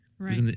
Right